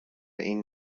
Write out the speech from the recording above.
این